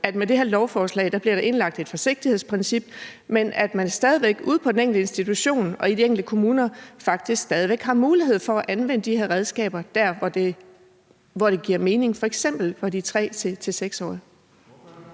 der med det her lovforslag bliver indlagt et forsigtighedsprincip, men at man ude på den enkelte institution og i de enkelte kommuner faktisk stadig væk har mulighed for at anvende de her redskaber der, hvor det giver mening, f.eks. i forhold til de